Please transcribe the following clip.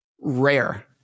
Rare